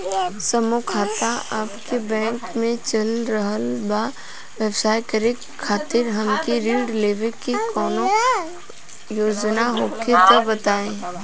समूह खाता आपके बैंक मे चल रहल बा ब्यवसाय करे खातिर हमे ऋण लेवे के कौनो योजना होखे त बताई?